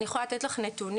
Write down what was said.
אני יכולה לתת לך נתונים.